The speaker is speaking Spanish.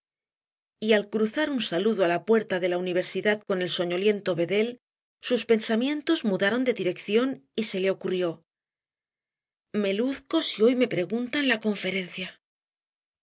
y al cruzar un saludo á la puerta de la universidad con el soñoliento bedel sus pensamientos mudaron de dirección y se le ocurrió me luzco si hoy me preguntan la conferencia